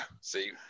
See